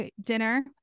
dinner